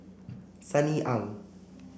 Sunny Ang